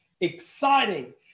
exciting